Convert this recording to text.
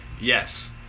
Yes